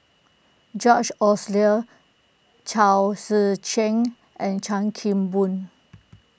George Chao Tzee Cheng and Chan Kim Boon